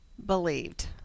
believed